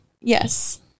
Yes